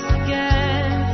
again